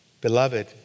Beloved